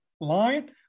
line